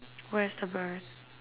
where's the bird